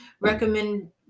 Recommend